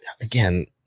again